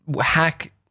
hack